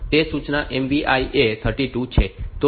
તે સૂચના MVI A32 છે